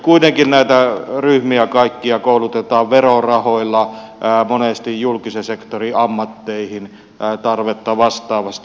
kuitenkin näitä kaikkia ryhmiä koulutetaan verorahoilla monesti julkisen sektorin ammatteihin tarvetta vastaavasti